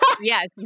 Yes